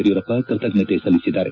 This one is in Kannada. ಯಡಿಯೂರಪ್ಪ ಕೃತಜ್ಞತೆ ಸಲ್ಲಿಸಿದ್ದಾರೆ